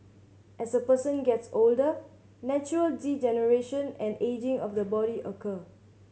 as a person gets older natural degeneration and ageing of the body occur